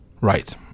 Right